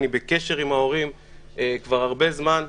אני בקשר עם ההורים כבר הרבה זמן,